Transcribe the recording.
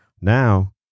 Now